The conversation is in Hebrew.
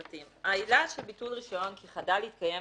העילה של ביטול רישיון כשחדל להתקיים